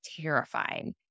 terrifying